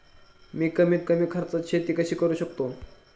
मी कमीत कमी खर्चात शेती कशी करू शकतो?